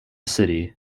city